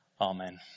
Amen